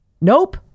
Nope